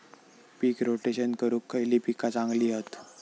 पीक rotation करूक खयली पीका चांगली हत?